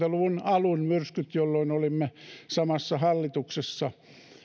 luvun alun myrskyt jolloin olimme samassa hallituksessa